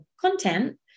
content